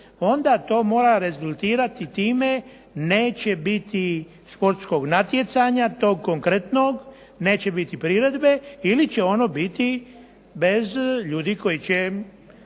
onda to mora rezultirati time neće biti sportskog natjecanja tog konkretnog, neće biti priredbe ili će ono biti bez ljudi koji su